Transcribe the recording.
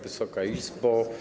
Wysoka Izbo!